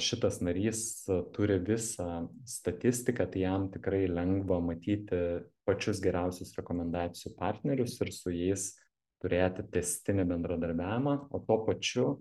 šitas narys turi visą statistiką ta jam tikrai lengva matyti pačius geriausius rekomendacijų partnerius ir su jais turėti tęstinį bendradarbiavimą o tuo pačiu